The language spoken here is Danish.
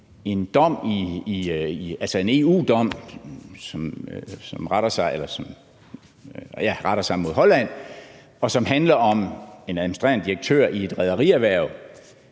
en EU-dom, som retter sig mod Holland, og som handler om en administrerende direktør i et rederierhverv,